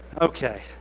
Okay